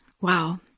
wow